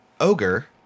Ogre